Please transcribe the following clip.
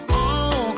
on